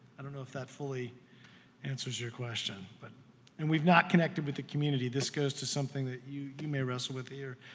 i don't know if that fully answers your question but and we've not connected with the community. this goes to something that you you may wrestle with here.